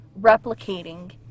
replicating